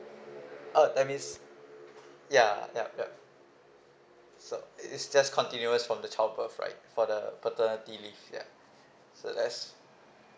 uh that means ya yup ya so it's just continuous from the childbirth right for the paternity leave ya so that's